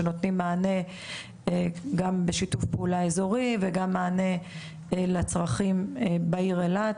שנותנים מענה גם בשיתוף פעולה אזורי וגם מענה לצרכים בעיר אילת